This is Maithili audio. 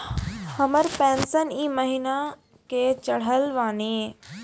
हमर पेंशन ई महीने के चढ़लऽ बानी?